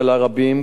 כמו חינוך,